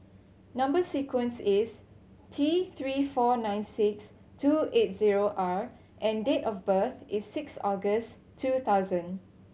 number sequence is T Three four nine six two eight zero R and date of birth is six August two thousand